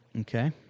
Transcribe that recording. Okay